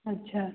अच्छा